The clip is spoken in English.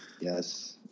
yes